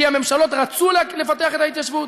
כי הממשלות רצו לפתח את ההתיישבות,